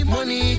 Money